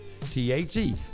T-H-E